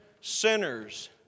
sinners